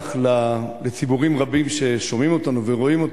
לדווח לציבורים רבים ששומעים אותנו ורואים אותנו,